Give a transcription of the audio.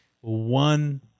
one